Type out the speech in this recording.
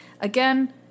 Again